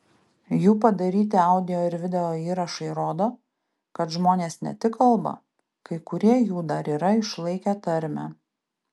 jų padaryti audio ir video įrašai rodo kad žmonės ne tik kalba kai kurie jų dar yra išlaikę tarmę